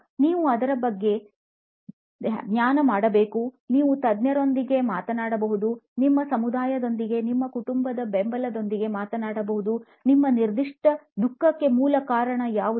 ನೀವು ಅದರ ಬಗ್ಗೆ ಧ್ಯಾನ ಮಾಡಬಹುದು ನೀವು ತಜ್ಞರೊಂದಿಗೆ ಮಾತನಾಡಬಹುದು ನಿಮ್ಮ ಸಮುದಾಯದೊಂದಿಗೆ ನಿಮ್ಮ ಕುಟುಂಬ ಬೆಂಬಲದೊಂದಿಗೆ ಮಾತನಾಡಬಹುದು ನಿಮ್ಮ ನಿರ್ದಿಷ್ಟ ದುಃಖಕ್ಕೆ ಮೂಲ ಕಾರಣ ಯಾವುದು